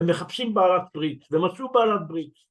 ‫הם מחפשים בעלת ברית, ‫והם עשו בעלת ברית.